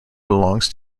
belongs